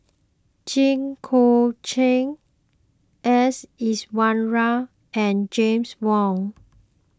Jit Koon Ch'ng S Iswaran and James Wong